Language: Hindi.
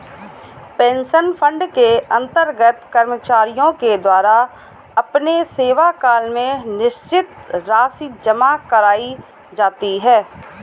पेंशन फंड के अंतर्गत कर्मचारियों के द्वारा अपने सेवाकाल में निश्चित राशि जमा कराई जाती है